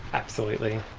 absolutely.